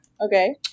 okay